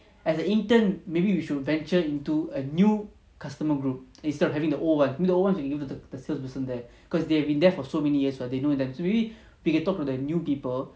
as a intern maybe we should venture into a new customer group instead of having the old [one] I mean the old [one] we can give to the salesperson there cause they've been there for so many years [what] they know them so maybe we can talk to the new people